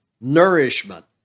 nourishment